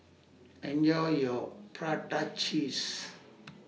Enjoy your Prata Cheese